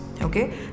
okay